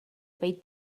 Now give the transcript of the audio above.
pell